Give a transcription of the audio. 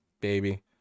baby